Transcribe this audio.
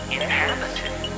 inhabited